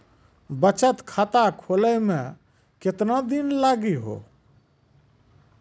बचत खाता खोले मे केतना दिन लागि हो?